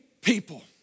people